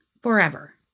forever